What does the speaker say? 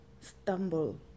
stumble